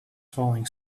falling